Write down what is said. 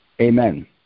Amen